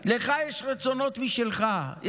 לך יש רצונות משלך,